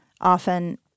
often